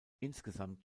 insgesamt